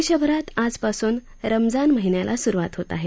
देशभरात आजपासून रमजान महिन्याला सुरुवात होत आहे